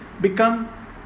become